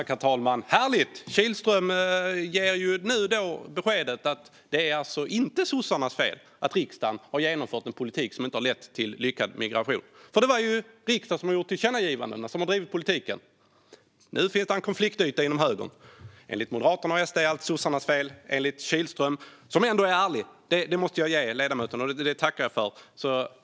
Herr talman! Härligt! Nu ger Kihlström alltså beskedet att det inte är sossarnas fel att riksdagen har röstat igenom en politik som inte har lett till lyckad migration. Det var ju riksdagen som gjorde tillkännagivandena och som har drivit politiken. Nu finns det en konfliktyta inom högern. Enligt Moderaterna och SD är allt sossarnas fel. Kihlström är ändå ärlig. Det måste jag ge ledamoten, och jag tackar för det.